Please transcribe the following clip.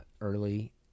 early